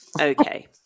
okay